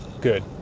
good